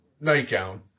nightgown